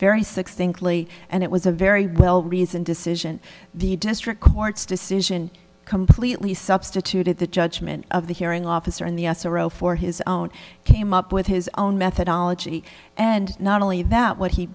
very succinctly and it was a very well reasoned decision the district court's decision completely substituted the judgment of the hearing officer in the us a row for his own came up with his own methodology and not only that what he